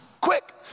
quick